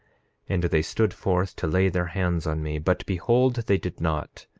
and they stood forth to lay their hands on me but behold, they did not.